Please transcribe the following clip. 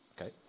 Okay